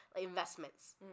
investments